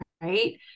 right